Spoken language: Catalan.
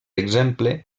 exemple